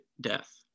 death